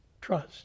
trust